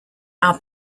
are